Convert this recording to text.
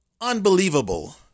Unbelievable